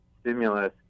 stimulus